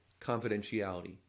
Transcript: confidentiality